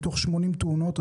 מתוך 80 תאונות,